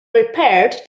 repaired